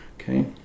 Okay